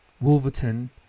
Wolverton